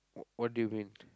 what do you mean